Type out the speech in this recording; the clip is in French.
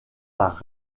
par